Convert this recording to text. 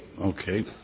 Okay